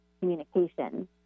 communication